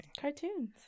cartoons